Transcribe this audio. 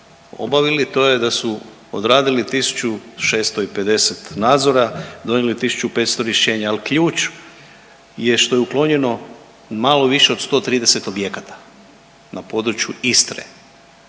obavili to je da su odradili 1650 nadzora, donijeli 1500 rješenja. Ali ključ je što je uklonjeno malo više od 130 objekata. Na području Istre